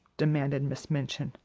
demanded miss minchin.